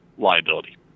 liability